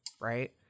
Right